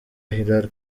hillary